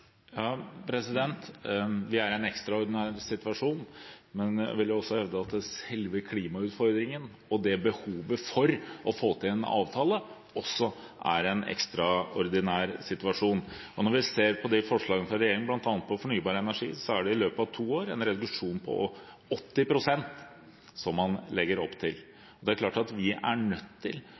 Vi er i en ekstraordinær situasjon, men jeg vil også hevde at selve klimautfordringen og behovet for å få til en avtale er en ekstraordinær situasjon. Når vi ser på forslagene fra regjeringen, bl.a. på fornybar energi, legger man i løpet av to år opp til en reduksjon på 80 pst. Det er klart at vi er nødt til